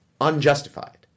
unjustified